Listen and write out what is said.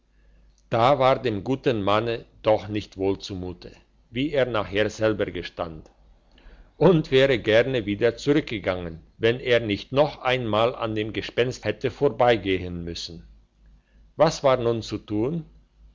da war dem guten manne doch nicht wohl zumute wie er nachher selber gestand und wäre gerne wieder zurückgegangen wenn er nicht noch einmal an dem gespenst hätte vorbeigehen müssen was war nun zu tun